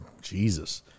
Jesus